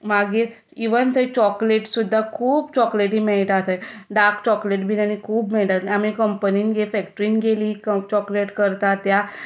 मागीर इवन थंय चॉकलेट सुद्दां खूब चॉकलेटी मेळटा थंय डाक चॉकलेट बी आनी खूब मेळटा आमी कंपनीन गे फॅक्ट्रीन गेलीं क चॉकलेट करता त्या